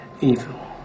evil